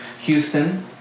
Houston